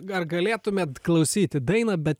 ar galėtumėt klausyti dainą be